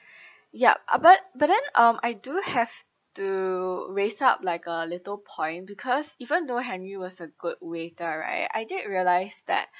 yup uh but but then um I do have to raise up like a little point because even though henry was a good waiter right I did realise that